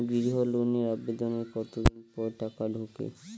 গৃহ লোনের আবেদনের কতদিন পর টাকা ঢোকে?